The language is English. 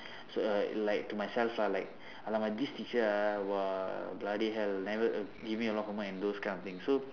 so like like to myself lah like !alamak! this teacher ah !wah! bloody hell never err give me a lot of homework and those kind of thing so